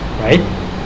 right